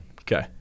Okay